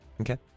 okay